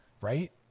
right